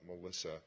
Melissa